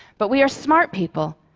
but we are smart people,